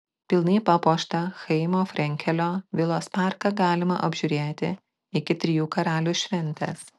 pilnai papuoštą chaimo frenkelio vilos parką galima apžiūrėti iki trijų karalių šventės